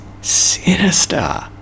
sinister